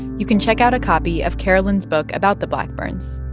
you can check out a copy of karolyn's book about the blackburns.